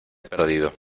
perdido